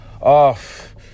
off